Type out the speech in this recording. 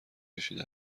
کشیده